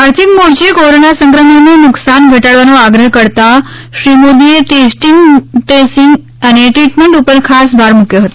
આર્થિક મોરચે કોરોના સંક્રમણનું નુકશાન ઘટાડવાનો આગ્રહ કરતાં શ્રી મોદીએ ટેસ્ટિંગ ટ્રેસિંગ અને ટ્રીટમેંટ ઉપર ખાસ ભાર મૂક્યો હતો